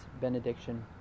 benediction